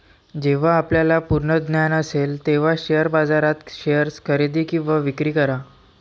जेव्हा आपल्याला पूर्ण ज्ञान असेल तेव्हाच शेअर बाजारात शेअर्स खरेदी किंवा विक्री करा